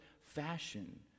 fashion